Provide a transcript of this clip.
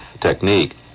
technique